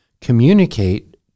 communicate